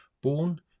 Born